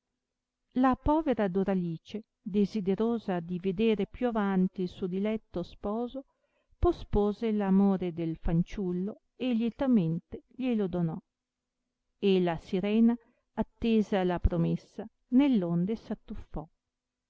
la povera doralice desiderosa divedere più avanti il suo diletto sposo pospose l'amore del fanciullo e lietamente glielo donò e la sirena attesa la promessa nell'onde s attuffò